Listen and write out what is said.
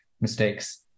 mistakes